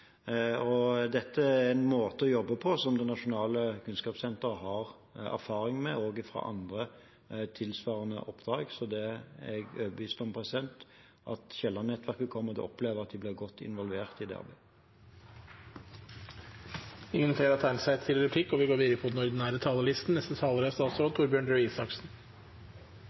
Dette er en måte å jobbe på som det nasjonale kunnskapssenteret har erfaring med også fra andre tilsvarende oppdrag, så jeg er overbevist om at Kielland-nettverket kommer til å oppleve at de blir godt involvert i arbeidet. Replikkordskiftet er omme. Jeg vil også starte med å uttrykke min medfølelse med de overlevende og